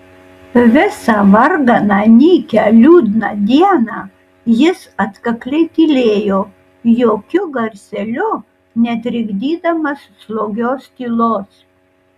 visą varganą nykią liūdną dieną jis atkakliai tylėjo jokiu garseliu netrikdydamas slogios tylos